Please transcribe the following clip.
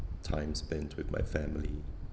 time spent with my family